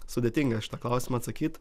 sudėtinga į šitą klausimą atsakyt